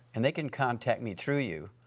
and they can contact me through you.